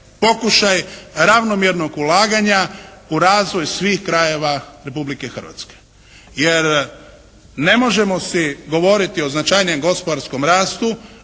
pokušaj ravnomjernog ulaganja u razvoj svih krajeva Republike Hrvatske. Jer ne možemo si govoriti o značajnijem gospodarskom rastu